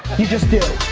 you just do.